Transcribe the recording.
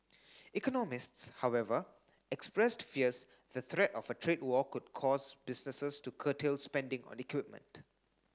economists however expressed fears the threat of a trade war could cause businesses to curtail spending on equipment